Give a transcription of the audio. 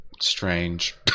strange